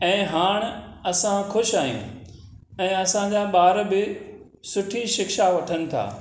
ऐं हाणे असां ख़ुशि आहियूं ऐं असांजा ॿार बि सुठी शिक्षा वठनि था